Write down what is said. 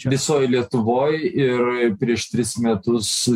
visoj lietuvoj ir prieš tris metus